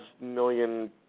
million